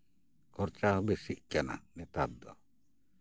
ᱠᱷᱚᱨᱪᱟ ᱵᱮᱥᱤᱜ ᱠᱟᱱᱟ ᱱᱮᱛᱟᱨ ᱫᱚ